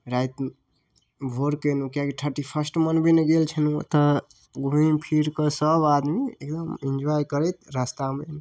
राति भोरके अएलहुँ कियाकि थर्टी फर्स्ट मनबैलए गेल छलहुँ ओतऽ घुमिफिरिकऽ सब आदमी एकदम एन्जॉइ करैत रस्तामे